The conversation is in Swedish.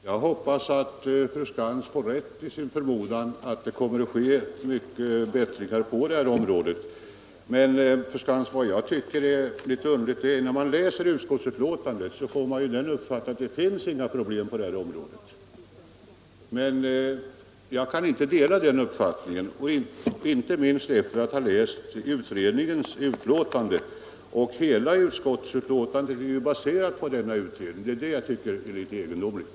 Herr talman! Jag hoppas att fru Skantz får rätt i sin förmodan att det blir förbättringar på detta område. Men när man läser utskottsbetänkandet förefaller det som om det inte finns några problem på detta område. Jag kan inte dela den uppfattningen — särskilt inte sedan jag har läst utredningen som ligger till grund för utskottsbetänkandet. Jag måste säga att utskottets ställningstagande är litet egendomligt.